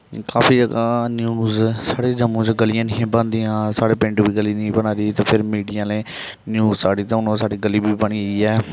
काफी ज्यादा न्यूज साढ़े जम्मू च गलियां नेईं ही बनदियां साढ़े पिंड बिच्च गली नेईं ही बना दी फिर मिडिया आह्ले न्यूज साढ़ी ते हून ओह् साढ़ी गली बी बनी गेई ऐ